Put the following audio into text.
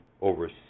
Over